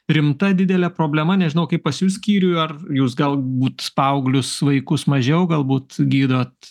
rimta didelė problema nežinau kaip pas jus skyriuj ar jūs galbūt paauglius vaikus mažiau galbūt gydot